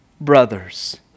brothers